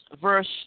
verse